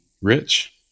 rich